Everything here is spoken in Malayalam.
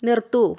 നിർത്തുക